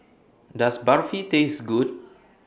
Does Barfi Taste Good